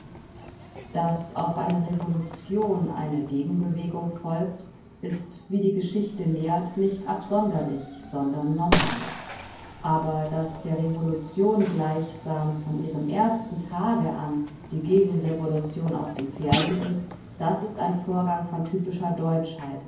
daß auf eine revolution eine gegenbewegung folgt ist wie die geschichte lehrt nicht absonderlich sondern normal aber daß der revolution gleichsam von ihrem ersten tage an die gegenrevolution auf den fersen ist das ist ein vorgang von typischer deutschheit